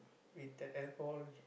with the alcohol